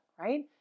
right